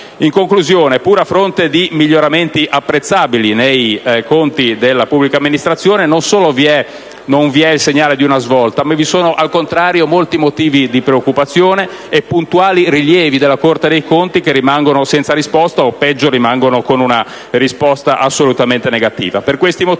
In conclusione, pur a fronte di miglioramenti apprezzabili nei conti della pubblica amministrazione, non solo non vi è il segnale di una svolta, ma vi sono al contrario molti motivi di preoccupazione e puntuali rilievi della Corte dei conti che rimangono senza risposta o, peggio, rimangono con una risposta assolutamente negativa.